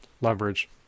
leverage